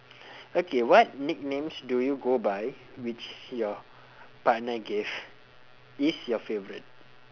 okay what nicknames do you go by which your partner gave is your favourite